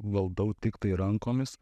valdau tiktai rankomis